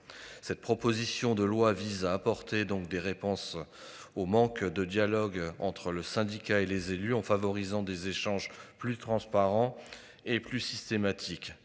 Cette proposition de loi vise à apporter donc des réponses. Au manque de dialogue entre le syndicat et les élus en favorisant des échanges plus transparents et plus systématique.